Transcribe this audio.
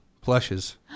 plushes